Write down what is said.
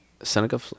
Seneca